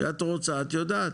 כשאת רוצה את יודעת.